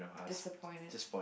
disappointed